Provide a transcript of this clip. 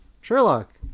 Sherlock